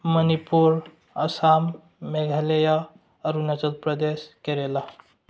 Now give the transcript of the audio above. Manipur Assam Meghalaya Arunachal Pradesh Kerala